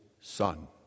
Son